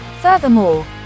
Furthermore